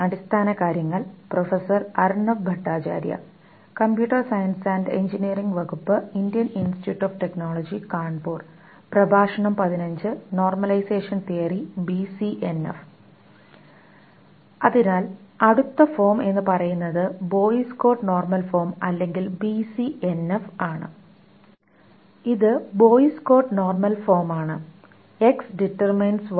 അതിനാൽ അടുത്ത ഫോം എന്നു പറയുന്നത് ബോയ്സ് കോഡ് നോർമൽ ഫോം അല്ലെങ്കിൽ ബി സി എൻ എഫ് ഇത് ബോയ്സ് കോഡ് നോർമൽ ഫോമാണ്